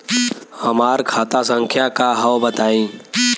हमार खाता संख्या का हव बताई?